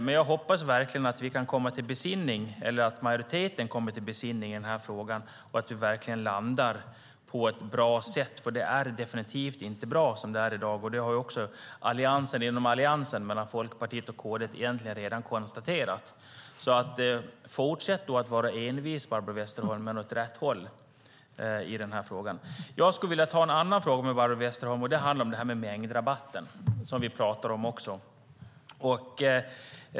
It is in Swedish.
Men jag hoppas verkligen att majoriteten kommer till besinning i den här frågan och att den verkligen landar på ett bra sätt, för det är definitivt inte bra som det är i dag. Det har också alliansen inom Alliansen mellan Folkpartiet och Kristdemokraterna egentligen redan konstaterat. Fortsätt vara envis, Barbro Westerholm, men åt rätt håll i den här frågan! Jag skulle vilja ta upp en annan fråga med Barbro Westerholm. Det handlar om detta med mängdrabatten.